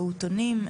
מהפעוטונים,